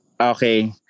Okay